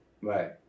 Right